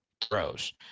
throws